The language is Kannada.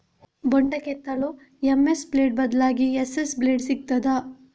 ಬೊಂಡ ಕೆತ್ತಲು ಎಂ.ಎಸ್ ಬ್ಲೇಡ್ ಬದ್ಲಾಗಿ ಎಸ್.ಎಸ್ ಬ್ಲೇಡ್ ಸಿಕ್ತಾದ?